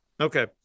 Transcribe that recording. Okay